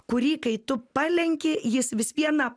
kurį kai tu palenki jis vis viena